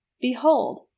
Behold